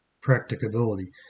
practicability